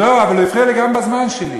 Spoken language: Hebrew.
לא, אבל הוא הפריע גם בזמן שלי.